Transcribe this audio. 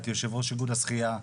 הייתי יושב-ראש איגוד השחייה.